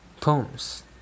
poems